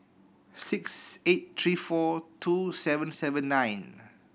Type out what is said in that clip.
six eight three four two seven seven nine